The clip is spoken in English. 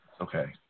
Okay